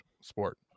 sport